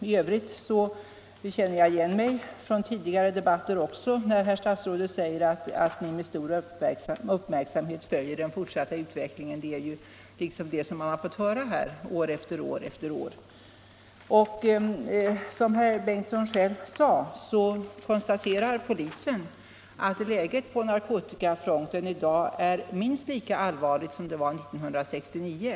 I övrigt känner jag igen mig från tidigare debatter när herr statsrådet också säger att den fortsatta utvecklingen följs med stor uppmärksamhet. Det har vi fått höra här år efter år. Som herr Bengtsson själv sade konstaterar polisen att läget på narkotikafronten i dag är minst lika allvarligt som det var 1969.